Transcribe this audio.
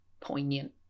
poignant